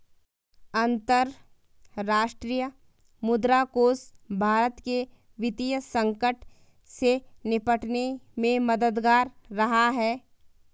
अंतर्राष्ट्रीय मुद्रा कोष भारत के वित्तीय संकट से निपटने में मददगार रहा है